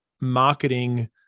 marketing